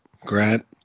Grant